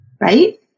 Right